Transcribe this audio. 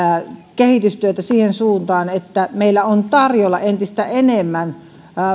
kehitystyötä siihen suuntaan että meillä on tarjolla entistä enemmän